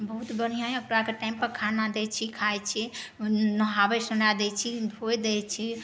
बहुत बढ़िऑं यऽ ओकराके टाइम पर खाना दै छी खाए छै नहाबे सुना दै छी धोए दै छी